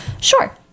sure